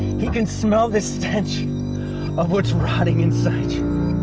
he can smell this tension of what rotting inside